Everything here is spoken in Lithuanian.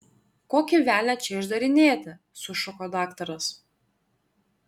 kokį velnią čia išdarinėjate sušuko daktaras